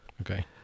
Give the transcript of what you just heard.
Okay